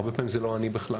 הרבה פעמים זה לא אני בכלל,